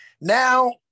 Now